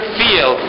feel